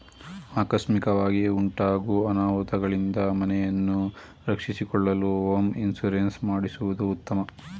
ಆಕಸ್ಮಿಕವಾಗಿ ಉಂಟಾಗೂ ಅನಾಹುತಗಳಿಂದ ಮನೆಯನ್ನು ರಕ್ಷಿಸಿಕೊಳ್ಳಲು ಹೋಮ್ ಇನ್ಸೂರೆನ್ಸ್ ಮಾಡಿಸುವುದು ಉತ್ತಮ